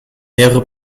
mehrere